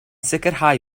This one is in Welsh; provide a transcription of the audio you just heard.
sicrhau